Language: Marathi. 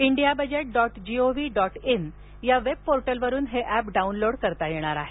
indiabudget dot G O V dot in या वेब पोर्टलवरुन हे ऍप डाऊनलोड करता येणार आहे